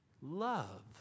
love